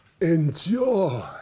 Enjoy